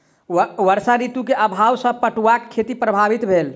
वर्षा ऋतू के अभाव सॅ पटुआक खेती प्रभावित भेल